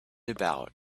about